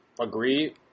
agree